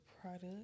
product